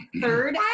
third